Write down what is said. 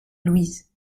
louise